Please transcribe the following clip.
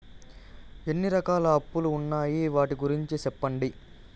ఎన్ని రకాల అప్పులు ఉన్నాయి? వాటి గురించి సెప్పండి?